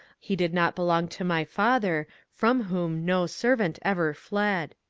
he did not belong to my father, from whom no servant ever fled.